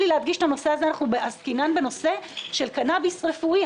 אנחנו עוסקים בקנאביס רפואי,